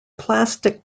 plastic